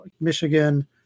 Michigan